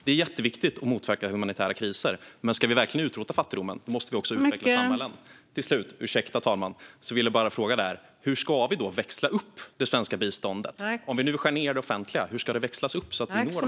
Det är jätteviktigt att motverka humanitära kriser, men ska vi verkligen utrota fattigdomen måste vi också utveckla samhällen. Jag vill därför fråga: Hur ska vi växla upp det svenska biståendet? Om vi nu skär ned det offentliga, hur ska det växlas upp så att vi når målen?